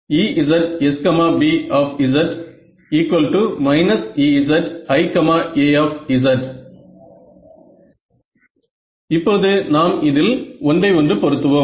EzsAEzsB EziA இப்போது நாம் இதில் ஒன்றை ஒன்று பொருத்துவோம்